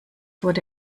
wurde